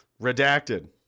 Redacted